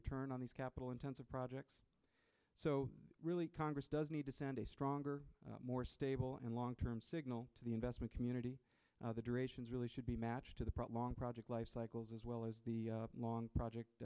return on these capital intensive projects so really congress does need to send a stronger more stable and long term signal to the investment community the durations really should be matched to the front lawn project life cycles as well as the long project